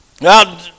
Now